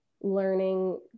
learning